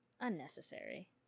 Unnecessary